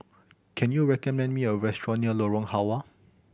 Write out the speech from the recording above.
can you recommend me a restaurant near Lorong Halwa